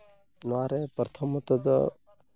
ᱱᱚᱣᱟᱨᱮ ᱯᱨᱚᱛᱷᱚᱢᱚᱛᱚ ᱫᱚ